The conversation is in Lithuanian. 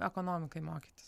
ekonomikai mokytis